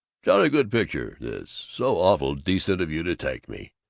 jolly good picture, this. so awfully decent of you to take me.